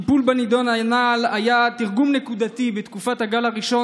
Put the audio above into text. הטיפול בנדון היה תרגום נקודתי בתקופת הגל הראשון